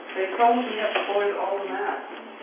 they probably have spoiled all the maps.